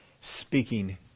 speaking